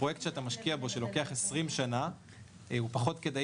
פרויקט שאתה משקיע שלוקח 20 שנה הוא פחות כדאי